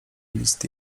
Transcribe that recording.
list